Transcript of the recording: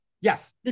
Yes